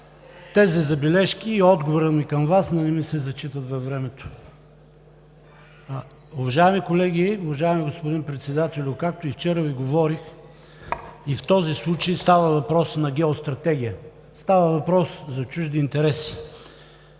тези забележки и отговора ми към Вас да не ми се зачитат във времето. Уважаеми колеги, уважаеми господин Председателю, както и вчера Ви говорих, и в този случай става въпрос за геостратегия. Става въпрос за чужди интереси.